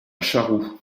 charroux